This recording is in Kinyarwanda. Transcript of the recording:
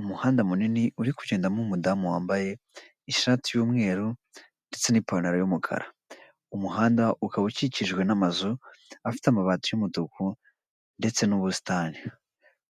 Umuhanda munini uri kugendamo umudamu wambaye ishati y'umweru ndetse n'ipantaro y'umukara; umuhanda ukaba ukikijwe n'amazu afite amabati y'umutuku ndetse n'ubusitani;